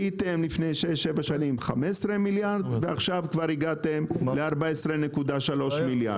הייתם לפני שש-שבע שנים 15 מיליארד ועכשיו כבר הגעתם ל-14.3 מיליארד.